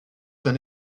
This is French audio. soit